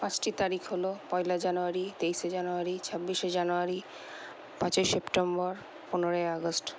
পাঁচটি তারিখ হল পয়লা জানুয়ারি তেইশে জানুয়ারি ছাব্বিশে জানুয়ারি পাঁচই সেপ্টেম্বর পনেরোই আগস্ট